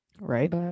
Right